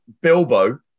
Bilbo